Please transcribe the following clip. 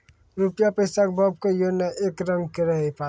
रूपया पैसा के भाव कहियो नै एक रंग रहै पारै